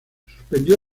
suspendió